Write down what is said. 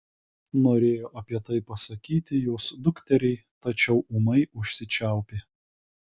norėjo apie tai pasakyti jos dukteriai tačiau ūmai užsičiaupė